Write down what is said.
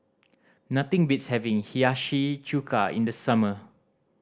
nothing beats having Hiyashi Chuka in the summer